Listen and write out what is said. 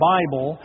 Bible